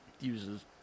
uses